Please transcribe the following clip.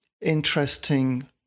interesting